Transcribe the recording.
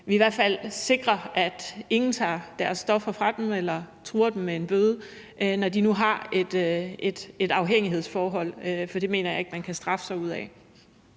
vi i hvert fald sikrer, at ingen tager deres stoffer fra dem eller truer med en bøde, når de nu har et afhængighedsforhold, hvilket jeg ikke mener man kan straffe sig ud af.